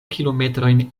kilometrojn